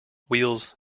wheels